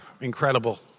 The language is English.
incredible